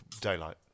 daylight